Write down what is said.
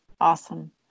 Awesome